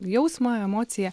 jausmą emociją